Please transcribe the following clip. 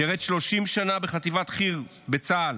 שירת 30 שנה בחטיבת חי"ר בצה"ל,